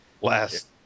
last